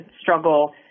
struggle